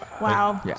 Wow